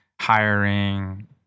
hiring